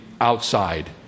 outside